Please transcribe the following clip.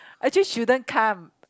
actually shouldn't come